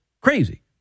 Crazy